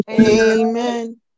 Amen